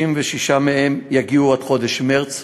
36 מהם יגיעו עד חודש מרס,